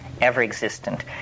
ever-existent